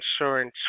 insurance